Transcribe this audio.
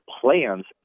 plans